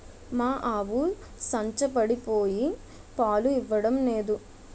మా ఆవు సంచపడిపోయి పాలు ఇవ్వడం నేదు